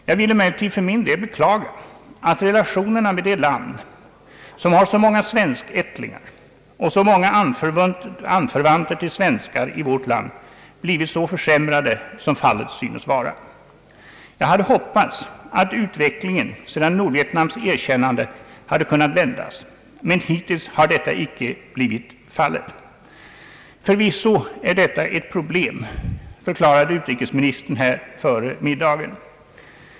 Jag vill emellertid för min del beklaga att relationerna med det land, som har så många svenskättlingar och så många anförvanter till medborgare i vårt land, blivit så försämrade som fallet synes vara. Jag hade hoppats att utvecklingen efter Nordvietnams erkännande hade kunnat vändas, men hittills har detta icke blivit fallet. Förvisso är detta ett problem, förklarade utrikesministern här före middagsrasten.